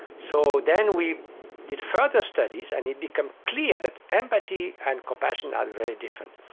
so then we did further studies and it became clear that empathy and compassion are very different.